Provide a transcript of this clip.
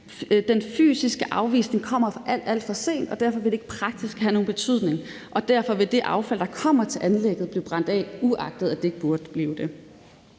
den fysiske afvisning kommer alt for sent, og derfor vil det ikke have nogen betydning, og derfor vil det affald, der kommer til anlægget, blive brændt af, uagtet at det ikke burde blive det.